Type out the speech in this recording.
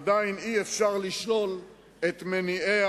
עדיין אי-אפשר לשלול את מניעיה,